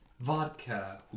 vodka